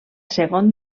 segon